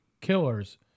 killers